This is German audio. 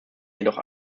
jedoch